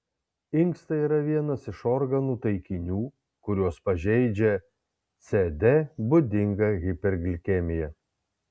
inkstai yra vienas iš organų taikinių kuriuos pažeidžia cd būdinga hiperglikemija